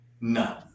No